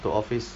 to office